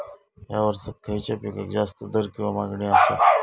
हया वर्सात खइच्या पिकाक जास्त दर किंवा मागणी आसा?